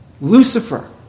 Lucifer